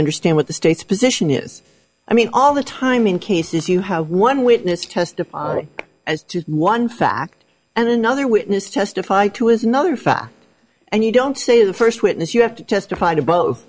understand what the state's position is i mean all the time in cases you have one witness testify as to one fact and another witness testified to is another fact and you don't say the first witness you have to testify to both